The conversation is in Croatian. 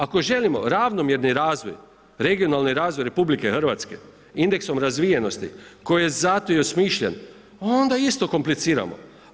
Ako želimo ravnomjerni razvoj, regionalni razvoj RH indeksom razvijenosti koji je zato i osmišljen, onda isto kompliciramo.